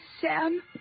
Sam